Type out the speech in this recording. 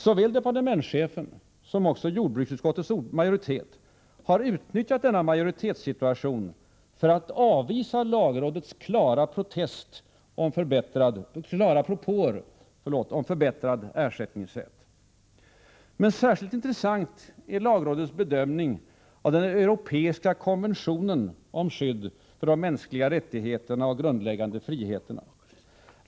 Såväl departementschefen som jordbruksutskottets majoritet har utnyttjat denna majoritetssituation för att avvisa lagrådets klara propåer om förbättrad ersättningsrätt. Särskilt intressant är lagrådets bedömning av Europeiska konventionen angående skydd för de mänskliga rättigheterna och de grundläggande friheterna.